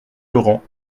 laurent